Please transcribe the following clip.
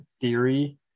theory